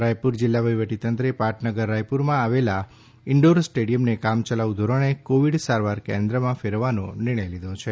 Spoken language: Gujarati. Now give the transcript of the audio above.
રાયપુર જિલ્લા વહીવટીતંત્રે પાટનગર રાયપુરમાં આવેલા ઇનડોર સ્ટેડિયમને કામચલાઉ ધોરણે કોવિડ સારવાર કેન્દ્રમાં ફેરવવાનો નિર્ણય લીધો છે